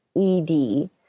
ED